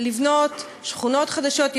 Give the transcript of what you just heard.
לבנות שכונות חדשות,